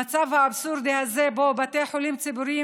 המצב האבסורדי הזה שבו בתי חולים ציבוריים